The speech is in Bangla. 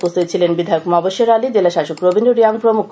উপস্থিত ছিলেন বিধায়ক মবস্বর আলী জেলা শাসক রবীন্দ্র রিয়াং প্রমুখ